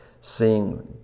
seeing